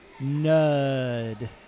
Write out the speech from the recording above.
Nud